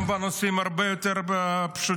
גם בנושאים הרבה יותר פשוטים.